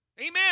Amen